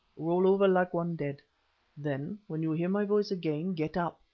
roll over like one dead then, when you hear my voice again, get up.